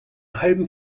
halben